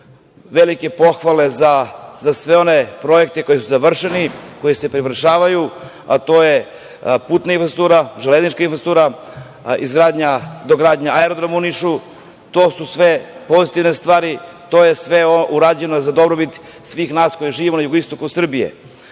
velike pohvale za sve one projekte koji su završeni, koji se završavaju, a to je putna infrastruktura, železnička infrastruktura, dogradnja aerodroma u Nišu. To su sve pozitivne stvari. To je sve urađeno za dobrobit svih nas koji živimo na jugoistoku Srbije. Velika